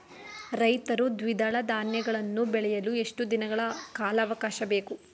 ರೈತರು ದ್ವಿದಳ ಧಾನ್ಯಗಳನ್ನು ಬೆಳೆಯಲು ಎಷ್ಟು ದಿನಗಳ ಕಾಲಾವಾಕಾಶ ಬೇಕು?